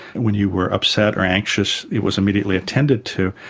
when you were upset or anxious it was immediately attended to.